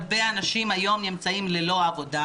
הרבה אנשים היום נמצאים ללא עבודה